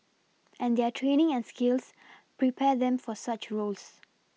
and their training and skills prepare them for such roles